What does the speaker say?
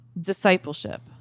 discipleship